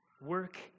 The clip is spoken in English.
Work